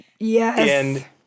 Yes